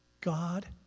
God